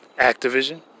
Activision